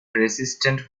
resistant